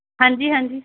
ਹਾਂਜੀ ਹਾਂਜੀ